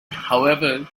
however